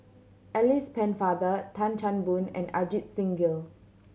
Alice Pennefather Tan Chan Boon and Ajit Singh Gill